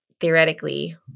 theoretically